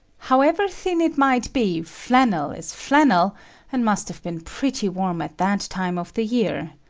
however thin it might be, flannel is flannel and must have been pretty warm at that time of the year.